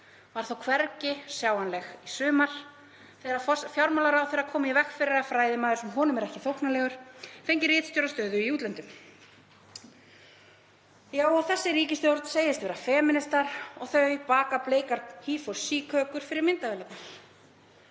var þó hvergi sjáanleg í sumar þegar fjármálaráðherra kom í veg fyrir að fræðimaður sem honum er ekki þóknanlegur fengi ritstjórastöðu í útlöndum. Og þessi ríkisstjórn segist vera femínistar og þau baka „he for she“-kökur fyrir myndavélarnar.